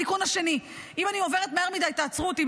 התיקון השני, אם אני עוברת מהר מדי, תעצרו אותי.